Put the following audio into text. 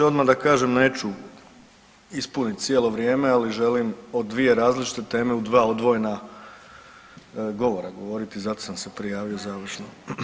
Odmah da kažem neću ispunit cijelo vrijeme, ali želim o dvije različite teme u dva odvojena govora govoriti i zato sam se prijavio završno.